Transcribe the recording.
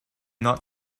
not